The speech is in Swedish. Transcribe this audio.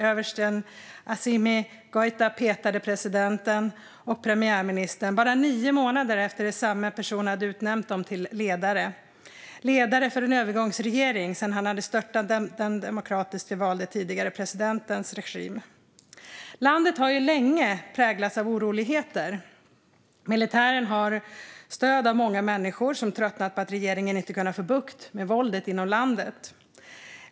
Överste Assimi Goita petade presidenten och premiärministern bara nio månader efter att samme Goita utnämnt dem till ledare för en övergångsregering sedan han störtat den demokratiskt valde presidenten. Landet har länge präglats av oroligheter. Militären har stöd av många människor som tröttnat på att regeringen inte kunnat få bukt med våldet inom landet.